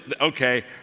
okay